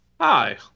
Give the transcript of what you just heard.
Hi